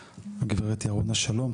הגב' ירונה שלום.